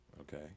Okay